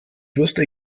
wusste